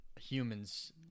humans